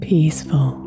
Peaceful